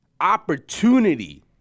opportunity